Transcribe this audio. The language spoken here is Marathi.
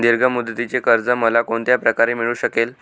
दीर्घ मुदतीचे कर्ज मला कोणत्या प्रकारे मिळू शकेल?